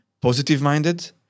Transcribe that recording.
positive-minded